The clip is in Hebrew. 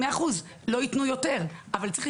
בצד שמאל Stressful life event: משהו קרה,